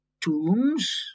tombs